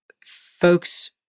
folks